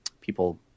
people